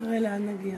ונראה לאן נגיע.